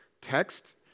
text